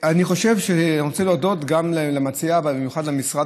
אני רוצה להודות גם למציע, אבל במיוחד למשרד.